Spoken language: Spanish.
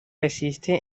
existe